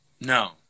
No